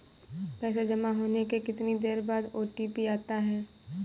पैसा जमा होने के कितनी देर बाद ओ.टी.पी आता है?